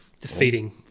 Defeating